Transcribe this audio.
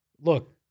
look